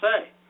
say